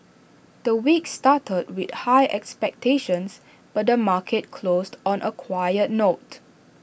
the week started with high expectations but the market closed on A quiet note